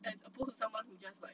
as opposed to someone who is just like